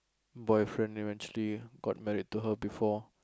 boyfriend eventually got married to her before